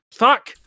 fuck